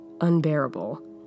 unbearable